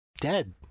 Dead